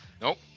Nope